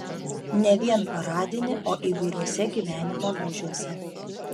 ne vien paradinį o įvairiuose gyvenimo lūžiuose